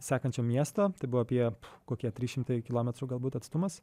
sekančio miesto tai buvo apie kokie trys šimtai kilometrų galbūt atstumas